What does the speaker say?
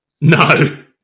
No